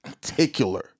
particular